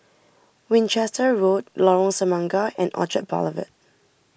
Winchester Road Lorong Semangka and Orchard Boulevard